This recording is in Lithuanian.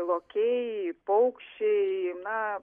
lokiai paukščiai na